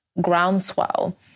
groundswell